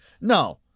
No